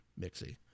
Mixie